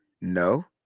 No